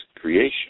creation